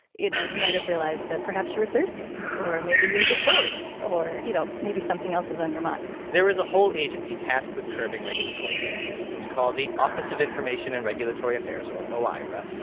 you know, you might have realized that perhaps you were thirsty, or maybe you're just bored or, you know, maybe something else was on your mind there is a whole agency tasked with curbing regulatory binges. it's called the office of information and regulatory affairs, or oira.